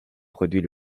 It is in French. produit